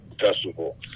Festival